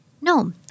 No